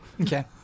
Okay